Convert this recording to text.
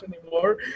anymore